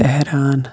Tehran